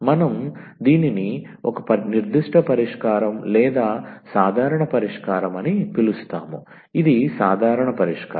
మనం దీనిని ఒక నిర్దిష్ట పరిష్కారం లేదా సాధారణ పరిష్కారం అని పిలుస్తాము ఇది సాధారణ పరిష్కారం